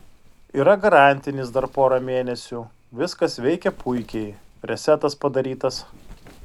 yra garantinis dar pora mėnesių viskas veikia puikiai resetas padarytas